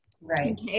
Right